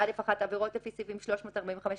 (א1)עבירות לפי סעיפים 345,